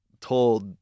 told